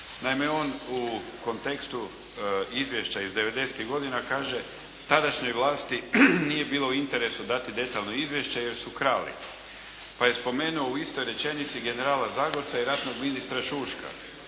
Naime on u kontekstu izvješća iz 90-tih godina kaže, tadašnjoj vlasti nije bilo u interesu dati detaljno izvješće jer su krali, pa je spomenuo u istoj rečenici generala Zagorca i ratnog ministra Šuška.